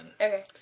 Okay